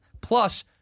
Plus